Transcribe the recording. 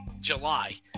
July